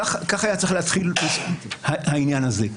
ככה היה צריך להתחיל העניין הזה.